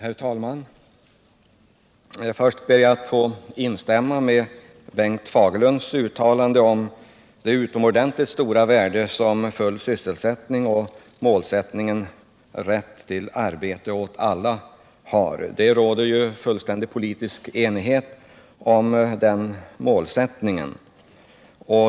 Herr talman! Först ber jag att få instämma i Bengt Fagerlunds uttalande om det utomordentligt stora värde som full sysselsättning och målsättningen rätt till arbete åt alla har. Det råder fullständig politisk enighet om den målsättningen.